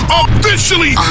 officially